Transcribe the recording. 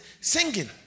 Singing